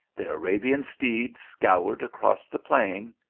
the arabian steed scoured across the plain,